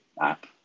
app